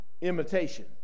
imitation